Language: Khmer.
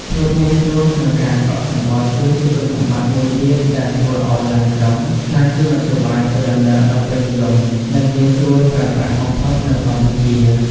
ភាពងាយស្រួលក្នុងការកក់សំបុត្រ គឺជាគុណសម្បត្តិមួយទៀតដែលធ្វើឱ្យឡានក្រុងក្លាយជាមធ្យោបាយធ្វើដំណើរដ៏ពេញនិយម និងងាយស្រួលប្រើប្រាស់បំផុតនៅកម្ពុជា។